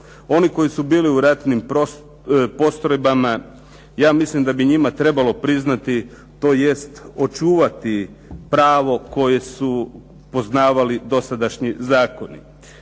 Oni koji su bili u ratnim postrojbama ja mislim da bi njima trebalo priznati tj. očuvati pravo koje su poznavali dosadašnji zakoni.